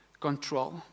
Control